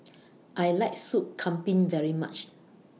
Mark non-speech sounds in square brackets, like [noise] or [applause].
[noise] I like Soup Kambing very much